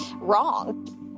wrong